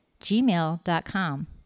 gmail.com